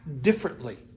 differently